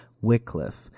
Wycliffe